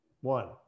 one